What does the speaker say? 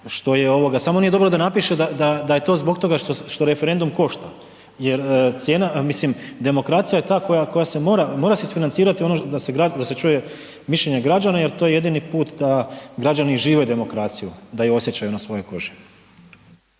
samo nije dobro da napiše da je to zbog toga što referendum košta. Jel demokracija je ta koja se mora isfinancirati ono da se čuje mišljenje građana jer to je jedini put da građani žive demokraciju, da je osjećaju na svojoj koži.